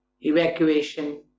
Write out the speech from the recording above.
evacuation